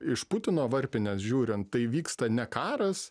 iš putino varpinės žiūrint tai vyksta ne karas